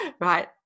Right